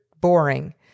boring